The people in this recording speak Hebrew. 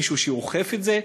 מישהו שאוכף את זה?